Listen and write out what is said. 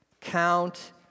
Count